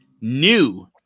new